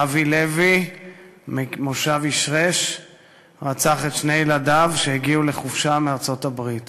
אבי לוי ממושב ישרש שרצח את שני ילדיו שהגיעו לחופשה מארצות-הברית.